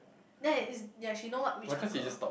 then it is ya she know what which uncle